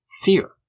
fear